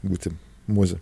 būti moze